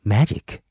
Magic